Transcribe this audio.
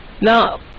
Now